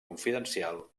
confidencial